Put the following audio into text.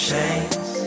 Chains